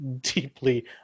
deeply